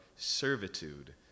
servitude